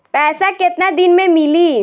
पैसा केतना दिन में मिली?